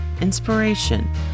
inspiration